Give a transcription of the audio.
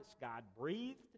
God-breathed